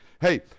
Hey